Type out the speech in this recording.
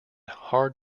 hard